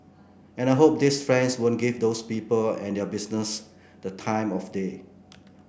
and I hope these friends won't give those people and their business the time of day